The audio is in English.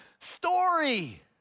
story